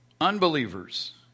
unbelievers